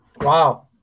Wow